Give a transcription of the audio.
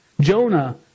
Jonah